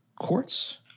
courts